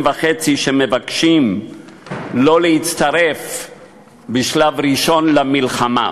מבקשים שלא להצטרף בשלב ראשון למלחמה.